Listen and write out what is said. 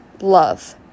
love